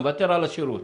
מוותר על השירות.